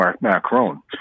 Macron